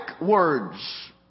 words